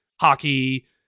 hockey